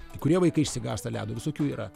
kai kurie vaikai išsigąsta ledo visokių yra